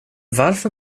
varför